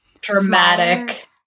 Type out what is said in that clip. dramatic